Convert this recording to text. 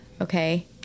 Okay